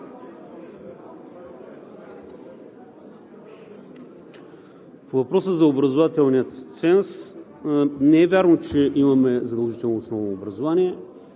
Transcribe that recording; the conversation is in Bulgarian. въпроса за образователния ценз – не е вярно, че имаме задължително основно образование.